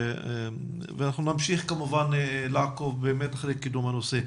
ואנחנו נמשיך כמובן לעקוב אחרי קידום הנושא.